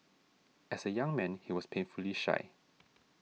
as a young man he was painfully shy